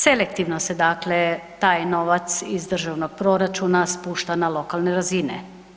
Selektivno se dakle taj novac iz državnog proračuna spušta na lokalne razine.